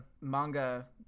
manga